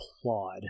applaud